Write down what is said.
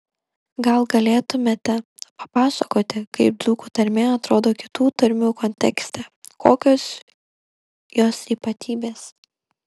gal galėtumėte papasakoti kaip dzūkų tarmė atrodo kitų tarmių kontekste kokios jos ypatybės